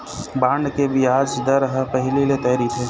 bond के बियाज दर ह पहिली ले तय रहिथे